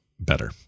better